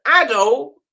adult